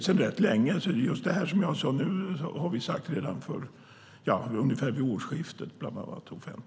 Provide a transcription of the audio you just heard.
Vi förde fram vår åsikt offentligt ungefär vid årsskiftet.